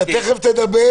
אתה תכף תדבר.